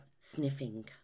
sniffing